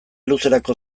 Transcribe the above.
luzerako